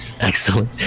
excellent